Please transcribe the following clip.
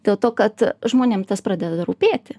dėl to kad žmonėm tas pradeda rūpėti